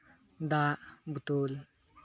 ᱫᱟᱜ ᱵᱳᱛᱳᱞ